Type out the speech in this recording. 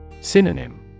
Synonym